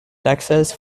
texas